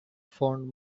found